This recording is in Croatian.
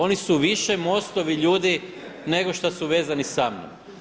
Oni su više MOST-ovi ljudi nego što su vezani sa mnom.